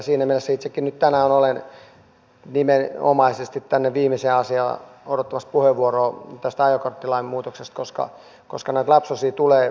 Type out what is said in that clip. siinä mielessä itsekin olen tänään nimenomaan viimeiseen asiaan odottamassa puheenvuoroa tästä ajokorttilain muutoksesta koska näitä lapsuksia tulee näihin esityksiin